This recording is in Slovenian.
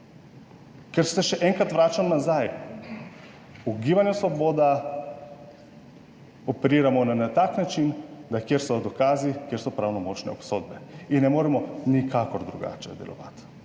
ker se še enkrat vračam nazaj. V Gibanju Svoboda operiramo na tak način, da kjer so dokazi, kjer so pravnomočne obsodbe in ne moremo nikakor drugače delovati.